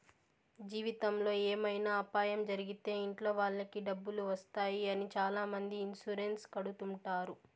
జీవితంలో ఏమైనా అపాయం జరిగితే ఇంట్లో వాళ్ళకి డబ్బులు వస్తాయి అని చాలామంది ఇన్సూరెన్స్ కడుతుంటారు